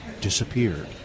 disappeared